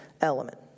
element